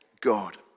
God